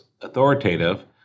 authoritative